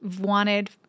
wanted